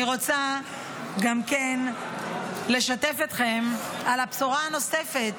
אני רוצה גם לשתף אתכם בבשורה הנוספת,